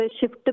shift